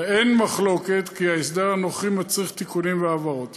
אין מחלוקת כי ההסדר הנוכחי מצריך תיקונים והבהרות.